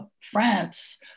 France